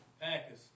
Packers